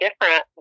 different